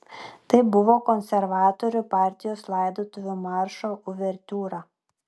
tai buvo konservatorių partijos laidotuvių maršo uvertiūra